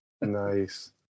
Nice